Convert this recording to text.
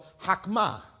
Hakma